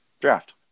draft